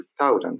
2000